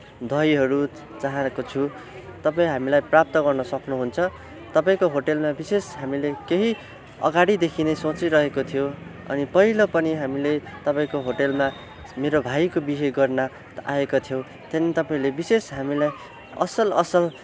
दहीहरू चाहेको छु तपाईँ हामीलाई प्राप्त गर्न सक्नुहुन्छ तपाईँको होटेलमा विशेष हामीले केही अगाडिदेखि नै सोचिरहेको थियो अनि पहिला पनि हामीले तपाईँको होटलमा मेरो भाइको बिहे गर्न आएका थियौँ त्यहाँ नि तपाईँले विशेष हामीलाई असल असल